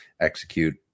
execute